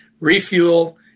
refuel